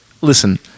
listen –